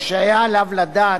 או שהיה עליו לדעת,